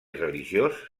religiós